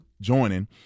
joining